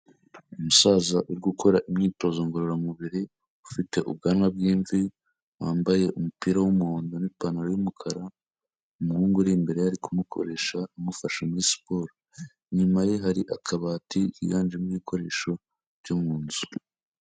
Umusaza uri gukora imyitozo ngororamubiri, ufite ubwanwa bw'imvi, wambaye umupira w'umuhondo n'ipantaro y'umukara, umuhungu uri imbere ye ari kumukoresha amufasha muri siporo. Inyuma ye hari akabati higanjemo ibikoresho byo mu nzu.